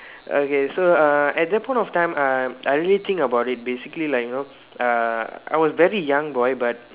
okay so uh at that point of time uh I really think about it basically like you know uh I was very young boy but